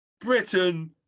britain